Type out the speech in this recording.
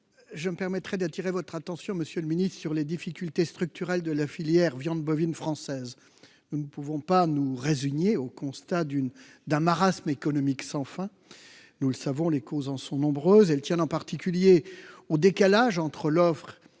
permettez-moi d'appeler votre attention sur les difficultés structurelles de la filière viande bovine française. Nous ne pouvons pas nous résigner au constat d'un marasme économique sans fin. Nous le savons, les causes de celui-ci sont nombreuses. Elles tiennent en particulier au décalage entre l'offre